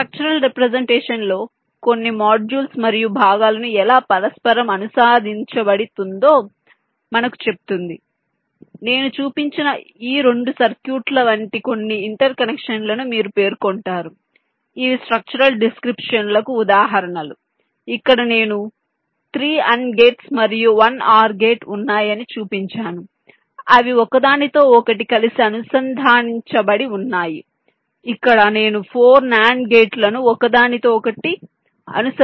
కాబట్టి structural representation లో కొన్ని మాడ్యూల్స్ మరియు భాగాలను ఎలా పరస్పరం అనుసంధానించబడిందో మనకు చెప్తుంది నేను చూపించిన ఈ 2 సర్క్యూట్ల వంటి కొన్ని ఇంటర్ కనెక్షన్ను మీరు పేర్కొంటారు ఇవి స్ట్రక్చరల్ డిస్క్రిప్షన్ లకు ఉదాహరణలు ఇక్కడ నేను 3 AND గెట్స్ మరియు 1 OR గేట్ ఉన్నాయని చూపించాను అవి ఒకదానితో ఒకటి కలిసి అనుసంధానించబడి ఉన్నాయి ఇక్కడ నేను 4 NAND గేట్లను ఒకదానితో ఒకటి అనుసంధానించాను